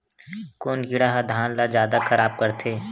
कोन कीड़ा ह धान ल जादा खराब करथे?